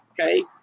okay